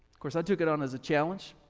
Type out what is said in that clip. course, i took it on as a challenge.